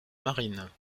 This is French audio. marine